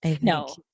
No